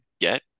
get